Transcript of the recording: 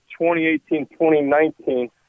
2018-2019